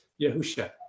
Yahusha